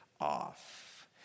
off